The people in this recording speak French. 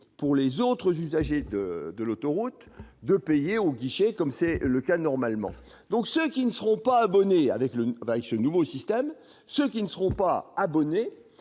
pour les autres usagers de l'autoroute de payer au guichet, comme c'est le cas normalement. Ceux qui ne seront pas abonnés à ce nouveau système seront donc obligés